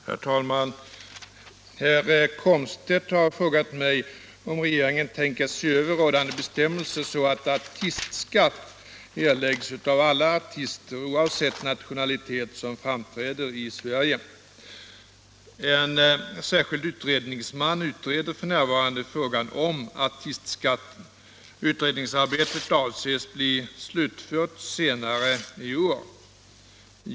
227, och anförde: Herr talman! Herr Komstedt har frågat mig om regeringen tänker se över rådande bestämmelser så att artistskatt erläggs av alla artister, oavsett 75 att erlägga artistskatt nationalitet, som framträder i Sverige. En särskild utredningsman utreder f. n. frågan om artistskatten. Utredningsarbetet avses bli slutfört senare i år.